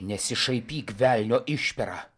nesišaipyk velnio išpera